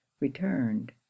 returned